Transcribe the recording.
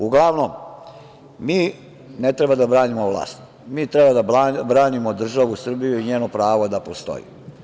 Uglavnom, mi ne treba da branimo vlast, mi treba da branimo državu Srbiju i njeno pravo da postoji.